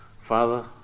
Father